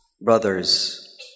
brothers